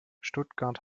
stuttgart